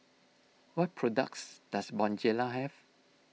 what products does Bonjela have